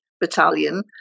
Battalion